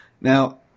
Now